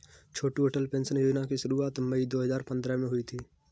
छोटू Atal pension योजना की शुरुआत मई दो हज़ार पंद्रह में हुई थी